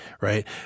right